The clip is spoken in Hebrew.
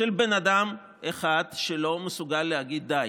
של בן אדם אחד שלא מסוגל להגיד די,